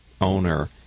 owner